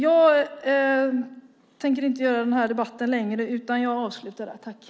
Jag tänker inte göra den här debatten längre utan avslutar här.